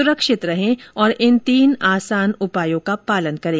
सुरक्षित रहें और इन तीन आसान उपायों का पालन करें